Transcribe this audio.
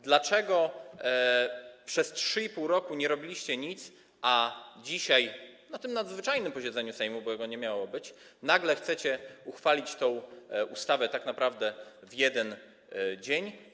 Dlaczego przez 3,5 roku nie robiliście nic, a dzisiaj na tym nadzwyczajnym posiedzeniu Sejmu, bo nie miało go być, nagle chcecie uchwalić tę ustawę tak naprawdę w jeden dzień?